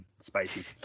Spicy